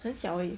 很小而已